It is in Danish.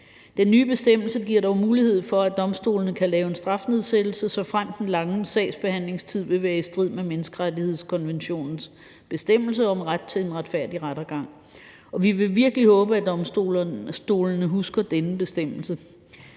Den nye bestemmelse giver dog mulighed for, at domstolene kan lave en strafnedsættelse, såfremt den lange sagsbehandlingstid vil være i strid med menneskerettighedskonventionens bestemmelse om ret til en retfærdig rettergang. Vi vil virkelig håbe, at domstolene husker denne bestemmelse.